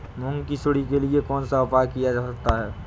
मूंग की सुंडी के लिए कौन सा उपाय किया जा सकता है?